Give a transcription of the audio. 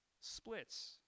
splits